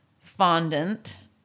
fondant-